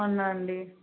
అవునా అండి